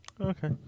Okay